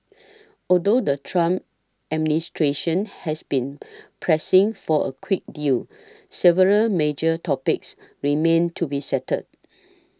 although the Trump administration has been pressing for a quick deal several major topics remain to be settled